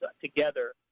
together